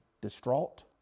distraught